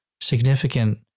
significant